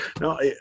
No